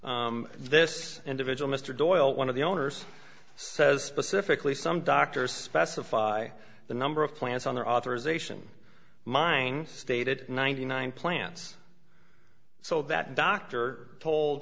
this individual mr doyle one of the owners says specifically some doctors specify the number of plants under authorization mine stated ninety nine plants so that doctor told